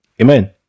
Amen